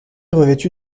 revêtu